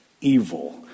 evil